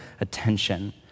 attention